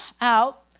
out